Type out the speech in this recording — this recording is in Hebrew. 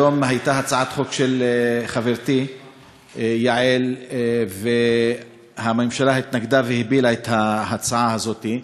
היום הייתה הצעת חוק של חברתי יעל והממשלה התנגדה והפילה את ההצעה הזאת.